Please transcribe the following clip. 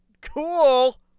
Cool